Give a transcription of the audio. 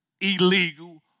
illegal